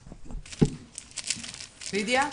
תודה.